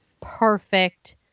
perfect